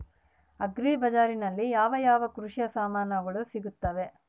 Agri ಬಜಾರಿನಲ್ಲಿ ಯಾವ ಯಾವ ಕೃಷಿಯ ಸಾಮಾನುಗಳು ಸಿಗುತ್ತವೆ?